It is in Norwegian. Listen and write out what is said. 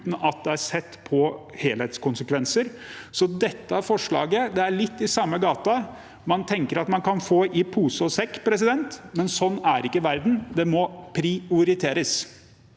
uten at det er sett på helhetskonsekvenser. Dette forslaget er litt i samme gaten. Man tenker at man kan få i pose og sekk, men sånn er ikke verden, det må prioriteres.